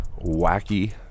wacky